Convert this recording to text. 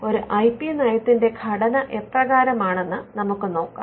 ഒരു I P നയത്തിന്റെ ഘടന എപ്രകാരമാണെന്ന് നമുക്ക് നോക്കാം